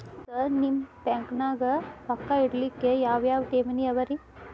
Sir ನಿಮ್ಮ ಬ್ಯಾಂಕನಾಗ ರೊಕ್ಕ ಇಡಲಿಕ್ಕೆ ಯಾವ್ ಯಾವ್ ಠೇವಣಿ ಅವ ರಿ?